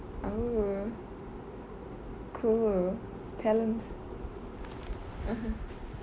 oh cool talent